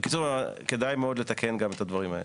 בקיצור, כדאי מאוד לתקן גם את הדברים האלה.